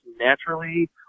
naturally